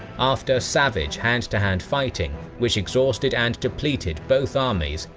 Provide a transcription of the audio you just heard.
after savage hand to hand fighting, which exhausted and depleted both armies,